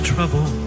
Trouble